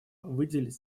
выделить